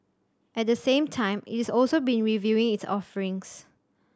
at the same time it is also been reviewing its offerings